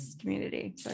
community